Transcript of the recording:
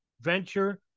venture